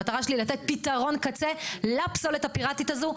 המטרה שלי היא לתת פתרון קצה לפסולת הפיראטית הזו,